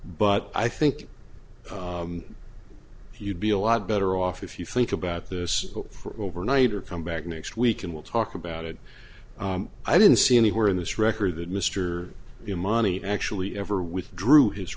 but i think you'd be a lot better off if you think about this for overnight or come back next week and we'll talk about it i didn't see anywhere in this record that mr in money actually ever withdrew his